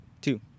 two